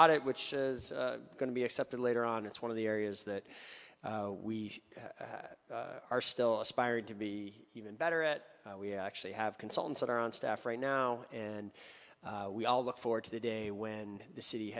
audit which is going to be accepted later on it's one of the areas that we are still aspired to be even better at we actually have consultants that are on staff right now and we all look forward to the day when the city